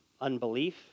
unbelief